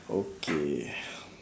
okay